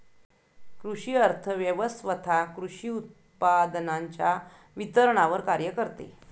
कृषी अर्थव्यवस्वथा कृषी उत्पादनांच्या वितरणावर कार्य करते